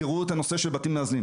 תראו את הנושא של בתים מאזנים: